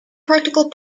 practical